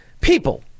people